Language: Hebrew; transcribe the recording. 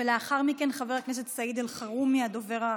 לאחר מכן, חבר הכנסת סעיד אלחרומי, הדובר האחרון.